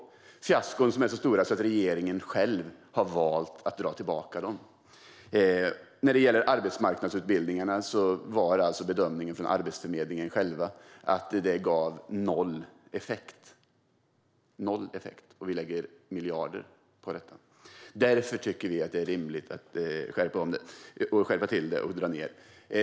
Det är fiaskon så stora att regeringen själv har valt att dra tillbaka dem. Vad gäller arbetsmarknadsutbildningarna var bedömningen från Arbetsförmedlingen att de gav noll effekt - och det läggs miljarder på dessa. Därför tycker vi att det är rimligt att skärpa till det och dra ned på kostnaderna.